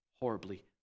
Horribly